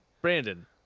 Brandon